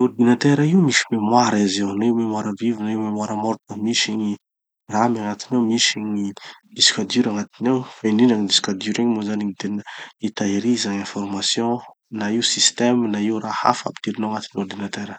Ordinateur io misy mémoire izy io. Na io mémoire vive na io mémoire morte, misy gny RAM agnatiny ao, misy gny disque dur agnatiny ao. Fa indrindra gny disque dur igny moa zany gny tena itahiriza gn'information na io système na io raha hafa ampidirinao agnaty ordinateur.